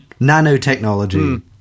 nanotechnology